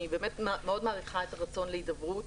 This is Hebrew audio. אני באמת מאוד מעריכה את הרצון להידברות,